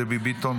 דבי ביטון,